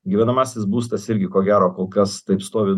gyvenamasis būstas irgi ko gero kol kas taip stovi